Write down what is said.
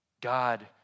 God